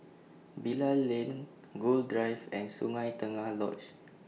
Bilal Lane Gul Drive and Sungei Tengah Lodge